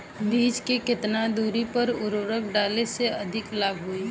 बीज के केतना दूरी पर उर्वरक डाले से अधिक लाभ होई?